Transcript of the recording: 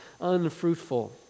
unfruitful